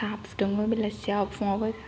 साहा फुदुङो बेलासियाव फुङावबो